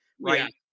right